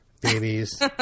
Babies